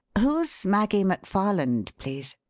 who's maggie mcfarland, please?